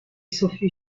sophie